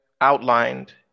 outlined